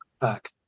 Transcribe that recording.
back